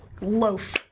loaf